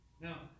Now